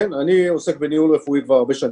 אני עוסק בניהול רפואי כבר הרבה שנים.